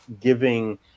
giving